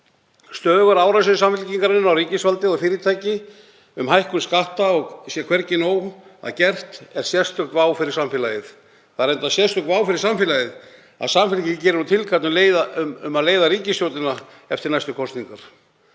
Stöðugar árásir Samfylkingarinnar á ríkisvaldið og fyrirtæki um hækkun skatta og að hvergi sé nóg að gert er sérstök vá fyrir samfélagið. Það er reyndar sérstök vá fyrir samfélagið að Samfylkingin geri nú tilkall til að leiða ríkisstjórnina eftir næstu kosningar.